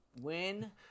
Win